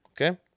Okay